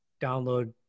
download